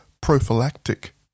prophylactic